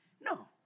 No